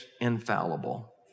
infallible